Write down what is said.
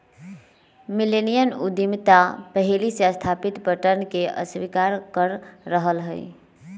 millennium उद्यमिता पहिले से स्थापित पैटर्न के अस्वीकार कर रहल हइ